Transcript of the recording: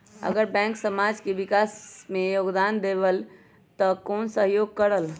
अगर बैंक समाज के विकास मे योगदान देबले त कबन सहयोग करल?